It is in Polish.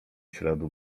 śladu